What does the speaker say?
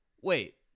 wait